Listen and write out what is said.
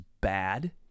bad